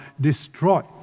destroyed